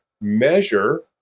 measure